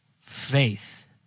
faith